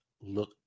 look